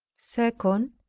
second,